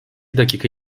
dakika